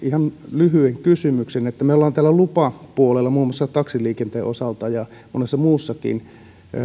lyhyen kysymyksen me olemme lupapuolella muun muassa taksiliikenteen osalta ja monella muullakin